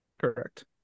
Correct